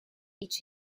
each